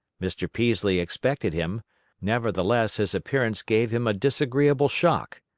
mr. peaslee expected him nevertheless his appearance gave him a disagreeable shock.